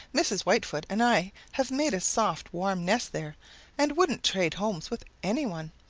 mrs. whitefoot and i have made a soft, warm nest there and wouldn't trade homes with any one.